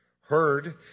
heard